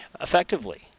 effectively